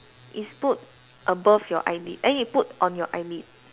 it's put above your eyelid eh you put on your eyelid